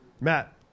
Matt